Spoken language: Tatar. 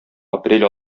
апрель